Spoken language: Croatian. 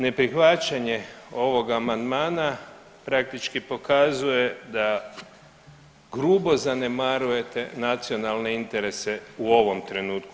Neprihvaćanje ovog amandmana praktički pokazuje da grubo zanemarujete nacionalne interese u ovom trenutku.